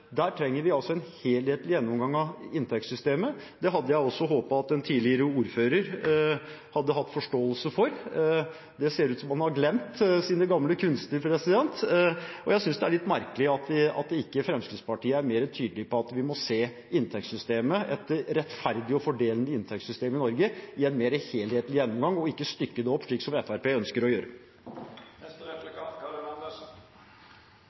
Vi trenger en helhetlig gjennomgang av inntektssystemet. Det hadde jeg håpet at en tidligere ordfører hadde hatt forståelse for. Det ser ut som han har glemt sine gamle kunster. Jeg synes det er litt merkelig at Fremskrittspartiet ikke er mer tydelig på at vi må se inntektssystemet – et rettferdig og fordelende inntektssystem i Norge – i en mer helhetlig gjennomgang, og ikke stykke det opp, slik Fremskrittspartiet ønsker å gjøre.